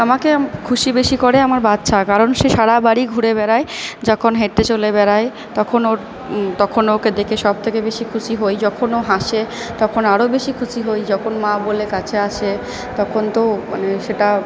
আমাকে খুশি বেশি করে আমার বাচ্ছা কারণ সে সারা বাড়ি ঘুরে বেড়ায় যখন হেঁটে চলে বেড়ায় তখন ওর তখন ওকে দেখে সব থেকে বেশি খুশি হই যখন ও হাসে তখন আরও বেশি খুশি হই যখন মা বলে কাছে আসে তখন তো মানে সেটা